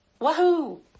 Wahoo